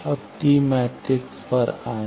अब T matrix पर आएं